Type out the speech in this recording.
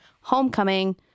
Homecoming